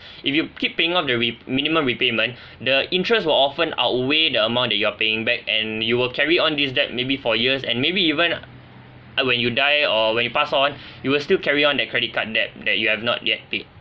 if you keep paying up the re~ minimum repayments the interest will often outweigh the amount that you are paying back and you will carry on this debt maybe for years and maybe even ah when you die or when you pass on it will still carry on that credit card debt that you have not yet paid